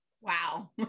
Wow